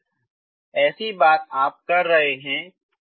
इसलिए ऐसी बात आप कर रहे हैं